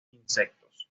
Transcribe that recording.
insectos